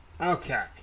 Okay